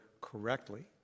correctly